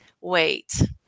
wait